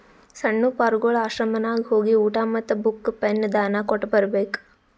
ಸಣ್ಣು ಪಾರ್ಗೊಳ್ ಆಶ್ರಮನಾಗ್ ಹೋಗಿ ಊಟಾ ಮತ್ತ ಬುಕ್, ಪೆನ್ ದಾನಾ ಕೊಟ್ಟ್ ಬರ್ಬೇಕ್